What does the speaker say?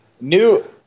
New